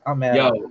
yo